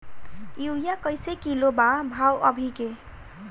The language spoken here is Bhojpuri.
यूरिया कइसे किलो बा भाव अभी के?